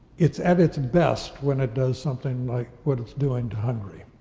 it's at its best when it does something what it's doing to hungary,